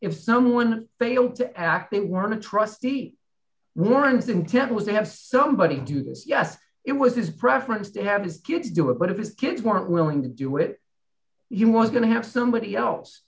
if someone failed to act they weren't a trustee warren's intent was to have somebody do this yes it was his preference to have his kids do it but if his kids weren't willing to do it you was going to have somebody else